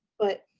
but